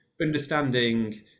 understanding